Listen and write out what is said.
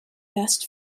best